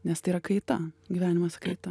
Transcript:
nestai yra kaita gyvenimas kaita